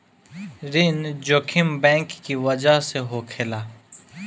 ऋण जोखिम बैंक की बजह से होखेला